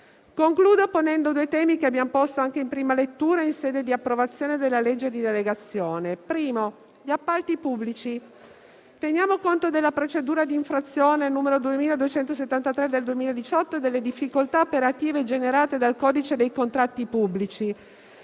Concludo, ponendo dei temi che abbiamo evidenziato anche in prima lettura in sede di approvazione della legge di delegazione europea. Innanzitutto, c'è il tema degli appalti pubblici. Teniamo conto della procedura di infrazione n. 2273/2018 e delle difficoltà operative generate dal codice dei contratti pubblici